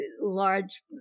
large